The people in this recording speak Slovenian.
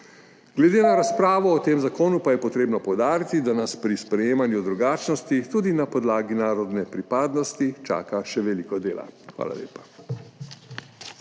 Glede na razpravo o tem zakonu pa je treba poudariti, da nas pri sprejemanju drugačnosti tudi na podlagi narodne pripadnosti čaka še veliko dela. Hvala lepa.